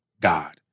God